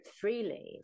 freely